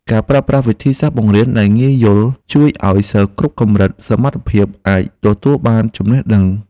ការប្រើប្រាស់វិធីសាស្ត្របង្រៀនដែលងាយយល់ជួយឱ្យសិស្សគ្រប់កម្រិតសមត្ថភាពអាចទទួលបានចំណេះដឹង។